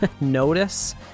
notice